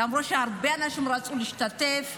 למרות שהרבה אנשים רצו להשתתף,